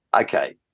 Okay